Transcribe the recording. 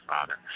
Father